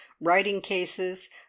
writing-cases